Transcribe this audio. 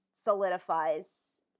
solidifies